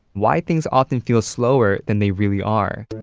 why things often feel slower than they really are.